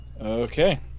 Okay